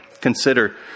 Consider